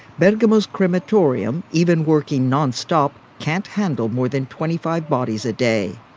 bergamo's crematorium, even working nonstop, can't handle more than twenty five bodies a day.